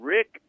Rick